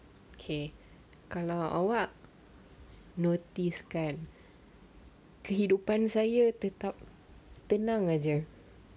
K kalau awak notice kan kehidupan saya tetap tenang sahaja